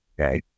Okay